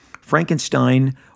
Frankenstein